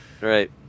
Right